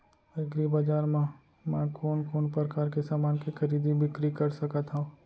एग्रीबजार मा मैं कोन कोन परकार के समान के खरीदी बिक्री कर सकत हव?